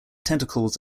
tentacles